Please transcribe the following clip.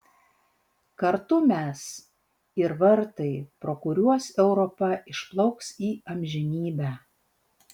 kartu mes ir vartai pro kuriuos europa išplauks į amžinybę